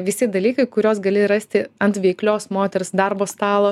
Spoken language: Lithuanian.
visi dalykai kuriuos gali rasti ant veiklios moters darbo stalo